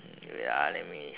ya wait ah let me